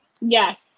Yes